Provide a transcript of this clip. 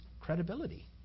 credibility